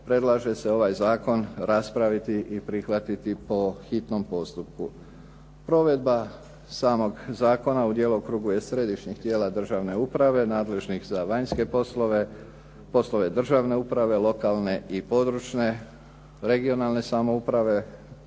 predlaže se ovaj zakon raspraviti i prihvatiti po hitnom postupku. Provedba samog zakona u djelokrugu je Središnjih tijela Državne uprave nadležnih za vanjske poslove, poslove državne uprave, lokalne i područne, regionalne samouprave,